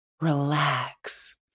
relax